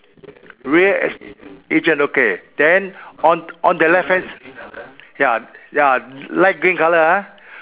real es~ agent okay then on on the left hand ya ya light green colour ah